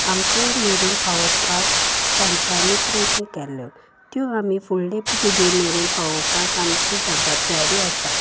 आमचे मेरेन पावोवपाक तांच्यांनी प्रयत्न केल्लो त्यो आमी फुडले पिळगे मेरेन पावोवपाक आमची जबाबदारी आसा